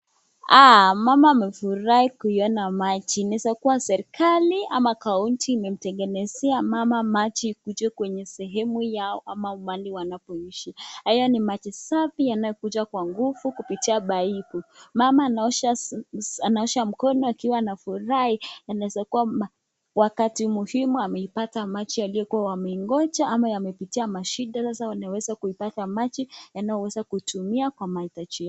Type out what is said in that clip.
Mama amefurahi kuiona maji. Inaweza kuwa serikali ama kaunti imemtengenezea mama maji kuja kwenye sehemu yao ama mahali wanapoishi. Hayo ni maji safi yanayokuja kwa nguvu kupitia baisikeli. Mama anaosha mkono akiwa anafurahi. Inaweza kuwa wakati muhimu ameipata maji aliyokuwa amengoja ama yamepitia mashida za wanaweza kuipata maji yanayoweza kutumia kwa mahitaji yao.